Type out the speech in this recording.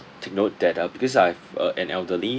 take note that uh because I've uh an elderly